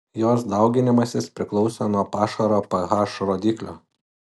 jos dauginimasis priklauso nuo pašaro ph rodiklio